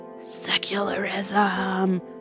secularism